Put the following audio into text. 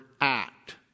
act